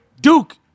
Duke